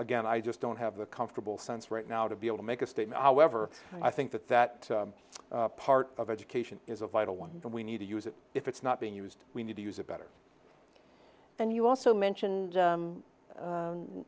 again i just don't have the comfortable sense right now to be able to make a statement however i think that that part of education is a vital one and we need to use it if it's not being used we need to use it better then you also mentioned